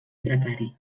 precari